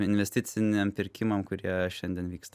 investiciniam pirkimam kurie šiandien vyksta